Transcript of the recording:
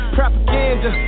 Propaganda